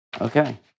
okay